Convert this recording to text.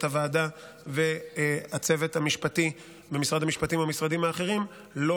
הוועדה והצוות המשפטי במשרד המשפטים והמשרדים האחרים לא